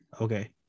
Okay